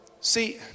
See